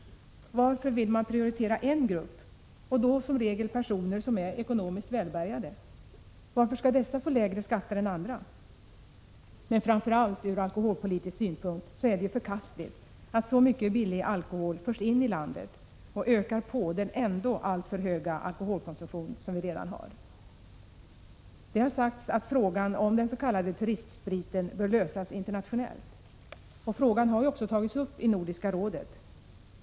Varför vill man prioritera en grupp — och då som regel personer som är ekonomiskt välbärgade? Varför skall dessa personer få lägre skatter än andra? Men framför allt är det ju från alkoholpolitisk synpunkt förkastligt att så mycket billig alkohol förs in i landet och ökar den redan alltför höga alkoholkonsumtionen. Det har sagts att frågan om den s.k. turistspriten bör lösas internationellt. Frågan har ju också tagits upp i Nordiska rådet.